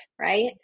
right